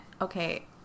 okay